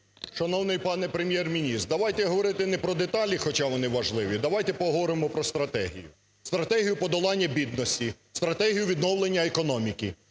Шановний пане Прем'єр-міністре, давайте говорити не про деталі, хоча вони важливі, давайте поговоримо про стратегію:стратегію подолання бідності, стратегію відновлення економіки.